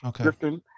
Okay